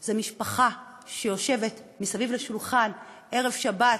זה משפחה שיושבת מסביב לשולחן בערב שבת.